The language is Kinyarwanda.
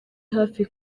hafi